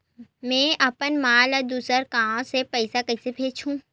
में अपन मा ला दुसर गांव से पईसा कइसे भेजहु?